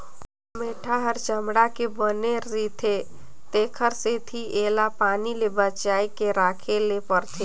चमेटा ह चमड़ा के बने रिथे तेखर सेती एला पानी ले बचाए के राखे ले परथे